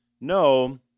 no